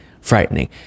frightening